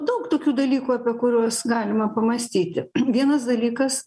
daug tokių dalykų apie kuriuos galima pamąstyti vienas dalykas